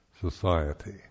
society